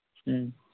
ᱦᱩᱸ